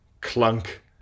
Clunk